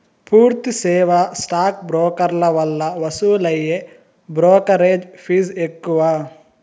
పూర్తి సేవా స్టాక్ బ్రోకర్ల వల్ల వసూలయ్యే బ్రోకెరేజ్ ఫీజ్ ఎక్కువ